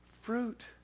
Fruit